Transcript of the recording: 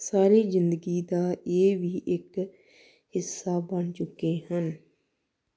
ਸਾਰੀ ਜ਼ਿੰਦਗੀ ਦਾ ਇਹ ਵੀ ਇੱਕ ਹਿੱਸਾ ਬਣ ਚੁੱਕੇ ਹਨ